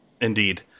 indeed